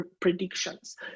predictions